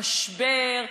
משבר,